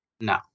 No